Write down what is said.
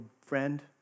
friend